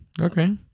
Okay